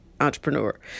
entrepreneur